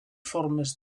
formes